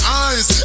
eyes